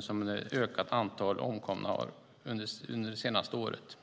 som det är ett ökat antal omkomna under det senaste året.